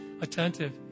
attentive